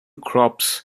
crops